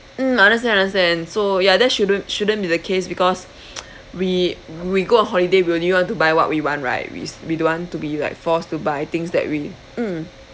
mm understand understand so ya that shouldn't shouldn't be the case because we we go on holiday we only want to buy what we want right we s~ we don't want to be like forced to buy things that we mm